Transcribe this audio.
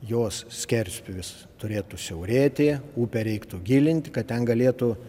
jos skerspjūvis turėtų siaurėti upę reiktų gilint kad ten galėtų